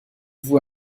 vous